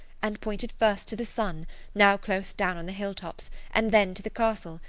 and pointing first to the sun now close down on the hill tops and then to the castle,